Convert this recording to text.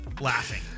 laughing